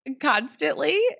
constantly